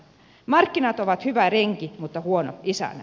markkinat ovat hyvä renki mutta huono isäntä